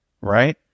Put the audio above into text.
Right